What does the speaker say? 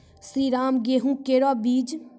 श्रीराम गेहूँ केरो बीज?